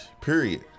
Period